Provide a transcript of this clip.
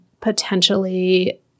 potentially